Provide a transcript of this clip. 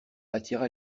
attira